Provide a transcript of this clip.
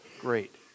great